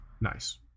Nice